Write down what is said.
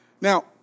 Now